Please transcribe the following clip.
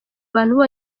abantu